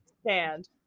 stand